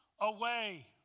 away